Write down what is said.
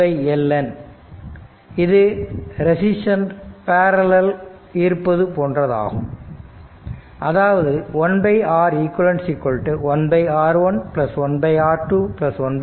1LN இது resistance parallel இருப்பது போன்றதாகும் அதாவது 1 R eq 1R 1 1R 2 1R 3